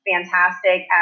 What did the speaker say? fantastic